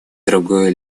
другое